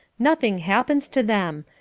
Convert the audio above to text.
nothing happens to them.